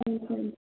हुन्छ